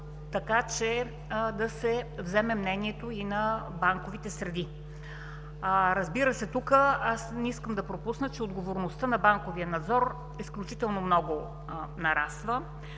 така че да се вземе мнението и на банковите среди. Разбира се, тук не искам да пропусна, че отговорността на банковия надзор изключително много нараства